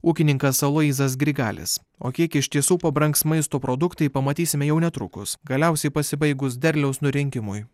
ūkininkas aloyzas grigalis o kiek iš tiesų pabrangs maisto produktai pamatysime jau netrukus galiausiai pasibaigus derliaus nurinkimui